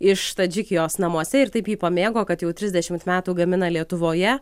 iš tadžikijos namuose ir taip jį pamėgo kad jau trisdešimt metų gamina lietuvoje